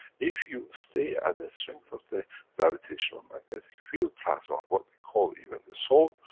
if you stay at the strength of the gravitational-magnetic field plasma of what we call even the soul,